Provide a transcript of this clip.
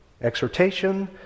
exhortation